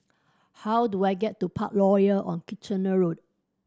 how do I get to Parkroyal on Kitchener Road